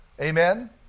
Amen